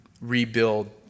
rebuild